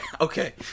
okay